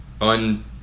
un